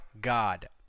God